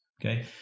okay